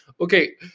Okay